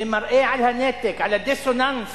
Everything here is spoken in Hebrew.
זה מראה על הנתק, על הדיסוננס